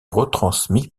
retransmis